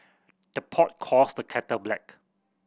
the pot calls the kettle black